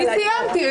אני סיימתי.